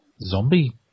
zombie